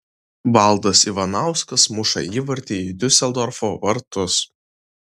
valdas ivanauskas muša įvartį į diuseldorfo vartus